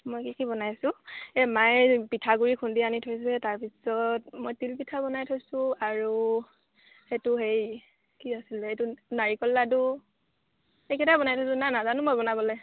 মই কি কি বনাইছোঁ এই মায়ে পিঠাগুড়ি খুন্দি আনি থৈছে তাৰপিছত মই তিলপিঠা বনাই থৈছোঁ আৰু সেইটো হেৰি কি আছিলে এইটো নাৰিকল লাডু এইকেইটা বনাই থৈছোঁ না নাজানো মই বনাবলৈ